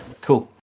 Cool